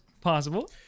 possible